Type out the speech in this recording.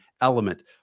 element